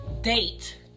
date